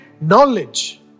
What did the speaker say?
knowledge